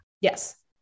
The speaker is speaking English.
Yes